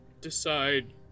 decide